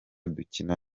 dukina